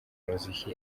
umuziki